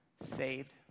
Saved